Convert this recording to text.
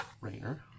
Rainer